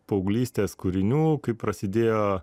paauglystės kūrinių kai prasidėjo